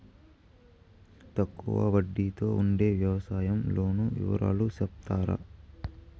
తక్కువ వడ్డీ తో ఉండే వ్యవసాయం లోను వివరాలు సెప్తారా?